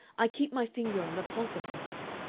i keep my finger on the pulse of things.